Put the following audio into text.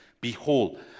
Behold